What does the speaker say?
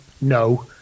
no